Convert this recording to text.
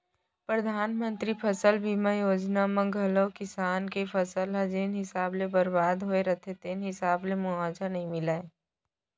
परधानमंतरी फसल बीमा योजना म घलौ किसान के फसल ह जेन हिसाब ले बरबाद होय रथे तेन हिसाब ले मुवावजा नइ मिलय